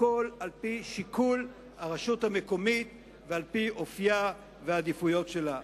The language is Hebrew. הכול על-פי שיקול הרשות המקומית ועל-פי אופיה והעדיפויות שלה.